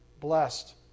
blessed